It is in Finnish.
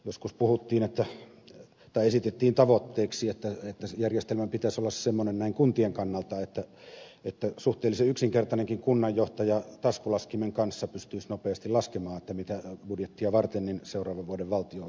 joskus esitettiin tavoitteeksi että järjestelmän pitäisi olla semmoinen näin kuntien kannalta että suhteellisen yksinkertainenkin kunnanjohtaja taskulaskimen kanssa pystyisi nopeasti laskemaan budjettia varten mitkä seuraavan vuoden valtionosuudet ovat